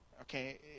Okay